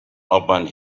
opened